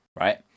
right